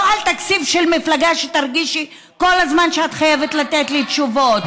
לא על תקציב של מפלגה שתרגישי כל הזמן שאת חייבת לתת לי תשובות.